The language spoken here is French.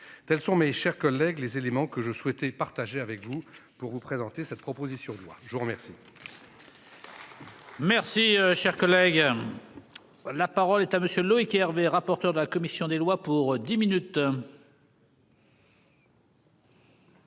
tels sont, mes chers collègues, les éléments que je souhaitais partager avec vous pour vous présenter cette proposition de loi, je vous remercie. Merci cher collègue. La parole est à monsieur Loïc Hervé, rapporteur de la commission des lois pour 10 minutes.